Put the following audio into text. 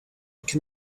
can